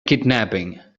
kidnapping